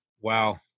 Wow